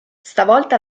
stavolta